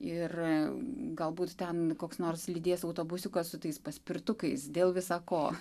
ir galbūt ten koks nors lydės autobusiukas su tais paspirtukais dėl visa ko